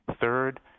Third